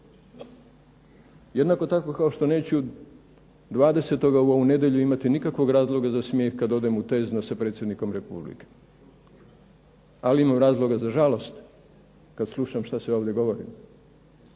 Jednako tako kao što neću 20. u ovu nedjelju imati nikakvog razloga za smijeh kad odem u …/Ne razumije se./… sa predsjednikom Republike. Ali imam razloga za žalost kad slušam šta se ovdje govori.